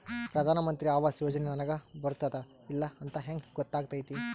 ಪ್ರಧಾನ ಮಂತ್ರಿ ಆವಾಸ್ ಯೋಜನೆ ನನಗ ಬರುತ್ತದ ಇಲ್ಲ ಅಂತ ಹೆಂಗ್ ಗೊತ್ತಾಗತೈತಿ?